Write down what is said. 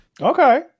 Okay